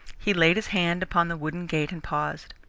he laid his hand upon the wooden gate and paused.